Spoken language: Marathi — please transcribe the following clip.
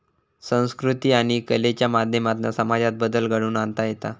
संकृती आणि कलेच्या माध्यमातना समाजात बदल घडवुन आणता येता